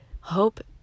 hope